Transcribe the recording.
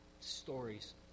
stories